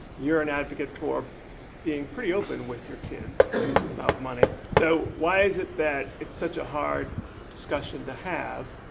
you're an advocate for being pretty open with your kids about money. so why is it that it's such a hard discussion to have,